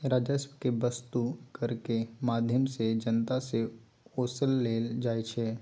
राजस्व केँ बस्तु करक माध्यमसँ जनता सँ ओसलल जाइ छै